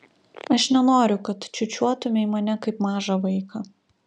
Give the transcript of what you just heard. aš nenoriu kad čiūčiuotumei mane kaip mažą vaiką